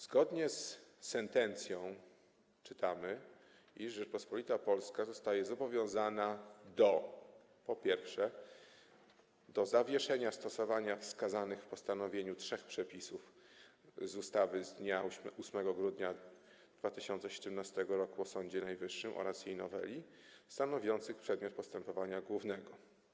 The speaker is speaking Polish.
Zgodnie z sentencją czytamy, iż Rzeczpospolita Polska zostaje zobowiązana, po pierwsze, do zawieszenia stosowania wskazanych w postanowieniu trzech przepisów z ustawy z dnia 8 grudnia 2017 r. o Sądzie Najwyższym oraz jej noweli stanowiących przedmiot postępowania głównego.